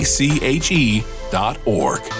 ache.org